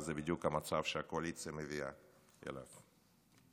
וזה בדיוק המצב שהקואליציה מביאה אליו.